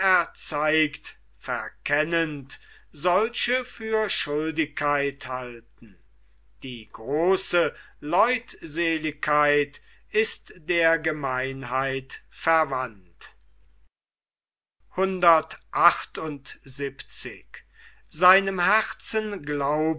erzeigt verkennend solche für schuldigkeit halten die große leutseligkeit ist der gemeinheit